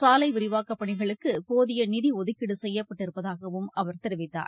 சாலைவிரிவாக்கப்பணிகளுக்குபோதியநிதிஒதுக்கீடுசெய்யப்பட்டிருப்பதாகவும் அவர் தெரிவித்தார்